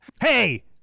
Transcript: Hey